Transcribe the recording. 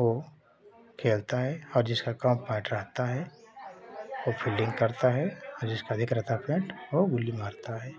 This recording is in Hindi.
वह खेलता है और जिसका कम पॉइंट रहता है फील्डिंग करता है जिसका अधिक रहता है पॉइंट वह गुल्ली मारता है